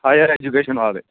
hire education ਵਾਲੇ